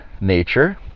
nature